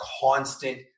constant